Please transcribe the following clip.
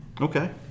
okay